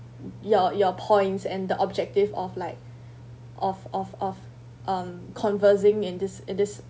your your points and the objective of like of of of um conversing in this in this